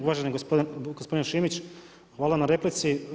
Uvaženi gospodine Šimić, hvala na replici.